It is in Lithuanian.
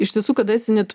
iš tiesų kada esi net